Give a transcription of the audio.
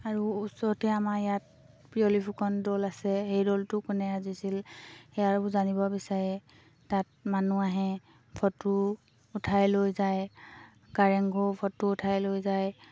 আৰু ওচৰতে আমাৰ ইয়াত পিয়লি ফুকন দৌল আছে সেই দ'লটো কোনে সাজিছিল সেয়াবোৰ জানিব বিচাৰে তাত মানুহ আহে ফটো উঠাই লৈ যায় কাৰেংঘৰো ফটো উঠাই লৈ যায়